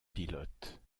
pilotes